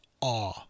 awe